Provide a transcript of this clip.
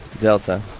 Delta